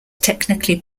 technically